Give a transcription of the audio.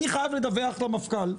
אני חייב לדווח למפכ"ל.